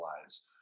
lives